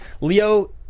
Leo